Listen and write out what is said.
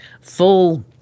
full